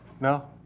No